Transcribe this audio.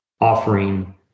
offering